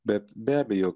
bet be abejo